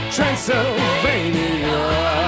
Transylvania